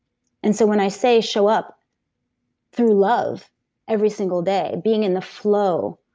and so when i say show up through love every single day, being in the flow,